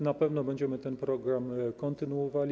Na pewno będziemy ten program kontynuowali.